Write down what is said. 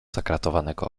zakratowanego